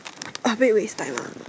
a bit waste time ah